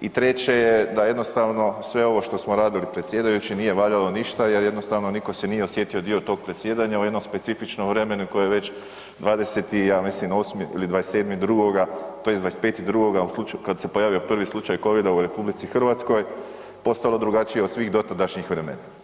i treće je da jednostavno sve ovo što smo radili predsjedajući nije valjalo ništa jer jednostavno nitko se nije osjetio dio tog predsjedanja u jednom specifičnom vremenu koje već 20 i ja mislim 8 ili 27.2. tj. 25.2. u slučaju kad se pojavio prvi slučaj Covida u RH postalo drugačije od svih dotadašnjih vremena.